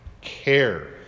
care